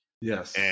Yes